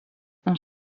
ont